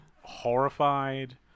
horrified